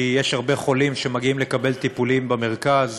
כי יש הרבה חולים שמגיעים לקבל טיפול במרכז,